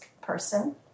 person